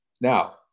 now